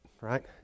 right